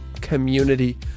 community